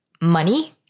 money